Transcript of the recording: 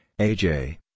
AJ